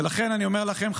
ולכן אני אומר לכם,